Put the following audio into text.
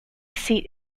seat